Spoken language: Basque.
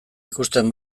ikusten